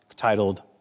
titled